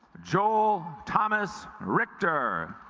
joel thomas richter